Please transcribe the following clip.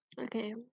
Okay